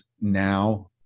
now